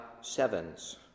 sevens